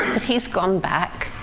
he's gone back,